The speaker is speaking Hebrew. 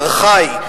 ארכאי,